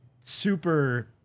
Super